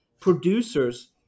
producers